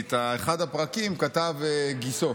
כי את אחד הפרקים כתב גיסו.